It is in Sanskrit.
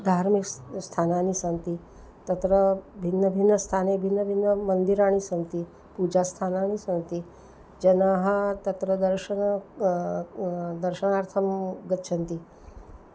धार्मिस् स्थानानि सन्ति तत्र भिन्नभिन्नस्थाने भिन्नभिन्नमन्दिराणि सन्ति पूजास्थानानि सन्ति जनाः तत्र दर्शनं दर्शनार्थं गच्छन्ति